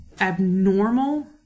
abnormal